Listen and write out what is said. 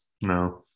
No